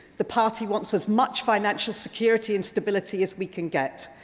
the party wantses much financial security and stability as we can get.